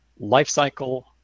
lifecycle